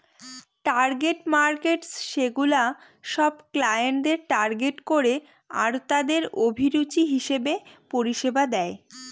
target markets সেগুলা সব ক্লায়েন্টদের টার্গেট করে আরতাদের অভিরুচি হিসেবে পরিষেবা দেয়